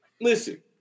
listen